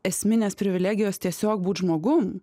esminės privilegijos tiesiog būt žmogum